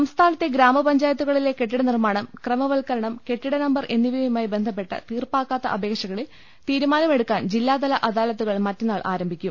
സംസ്ഥാനത്തെ ഗ്രാമപഞ്ചായത്തുകളിലെ കെട്ടിട നിർമ്മാണം ക്രമവൽക്കരണം കെട്ടിടനമ്പർ എന്നിവയുമായി ബന്ധപ്പെട്ട തീർപ്പാകാത്ത അപേക്ഷകളിൽ തീരുമാനമെടുക്കാൻ ജില്ലാതല അദാലത്തുകൾ മറ്റന്നാൾ ആരംഭിക്കും